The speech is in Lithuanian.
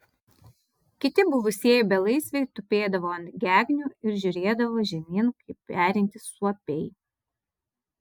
kiti buvusieji belaisviai tupėdavo ant gegnių ir žiūrėdavo žemyn kaip perintys suopiai